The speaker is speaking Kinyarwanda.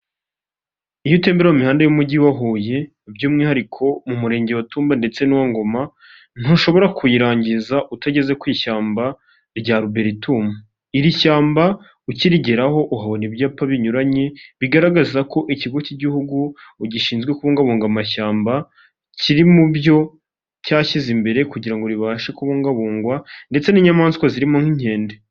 Iyo utembera mu mihanda y'Umujyi wa Huye by'umwihariko mu Murenge wa Tumba ndetse n'uwa Ngoma, ntushobora kuyirangiza utageze ku ishyamba rya Albertum, iri shyamba ukirigeraho uhabona ibyapa binyuranye, bigaragaza ko ikigo cy'igihugu gishinzwe kubungabunga amashyamba, kiri mu byo cyashyize imbere kugira ngo ribashe kubungabungwa ndetse n'inyamaswa zirimo nk'inkende.